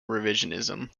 revisionism